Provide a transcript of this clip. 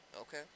Okay